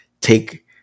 take